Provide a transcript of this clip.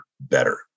better